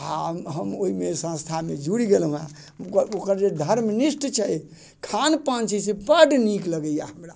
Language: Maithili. आ हम ओहिमे संस्थामे जुड़ि गेलहुँ हँ ओकर जे धर्मनिष्ठ छै खान पान छै से बड नीक लगैया हमरा